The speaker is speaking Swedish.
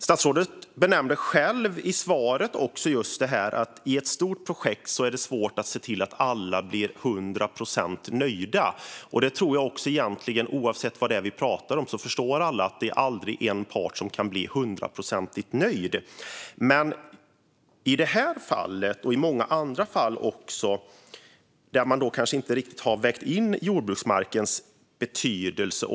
Statsrådet nämner själv i svaret att det i ett stort projekt är svårt att se till att alla blir hundra procent nöjda. Oavsett vad vi talar om förstår alla att det aldrig är en part som kan bli hundraprocentigt nöjd. I det här fallet och i många andra fall har man kanske inte riktigt vägt in jordbruksmarkens betydelse.